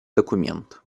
документ